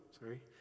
sorry